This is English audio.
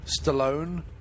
Stallone